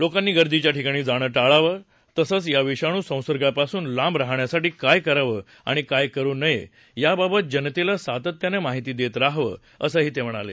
लोकांनी गर्दीच्या ठिकाणी जाणं टाळावं तसच या विषाणू संसर्गापासून लांब राहण्यासाठी काय करावं आणि काय करू नये याबाबत जनतेला सातत्यानं माहिती देत रहावं असही ते म्हणाले